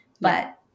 But-